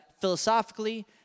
philosophically